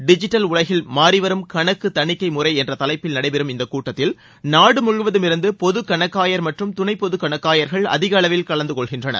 digital உலகில் மாறிவரும் கணக்கு தணிக்கை முறை என்ற தலைப்பில் நடைபெறும் இந்த கூட்டத்தில் நாடு முழுவதிலுமிருந்து பொது கணக்காயர் மற்றும் துணை பொது கணக்காயர்கள் அதிக அளவில் கலந்துகொள்கின்றனர்